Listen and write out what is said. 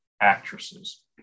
actresses